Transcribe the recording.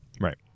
Right